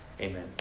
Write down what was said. Amen